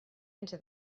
into